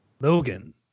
Logan